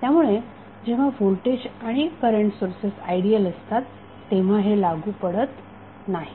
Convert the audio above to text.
त्यामुळे जेव्हा व्होल्टेज आणि करंट सोर्सेस आयडियल असतात तेव्हा हे लागू पडत नाही